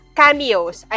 cameos